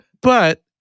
But-